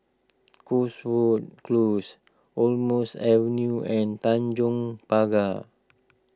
Cotswold Close Almonds Avenue and Tanjong Pagar